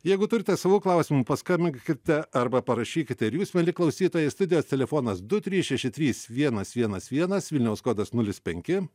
jeigu turite savų klausimų paskambinkite arba parašykite ir jūs mieli klausytojai studijos telefonas du trys šeši trys vienas vienas vienas vilniaus kodas nulis penki